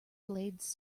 blades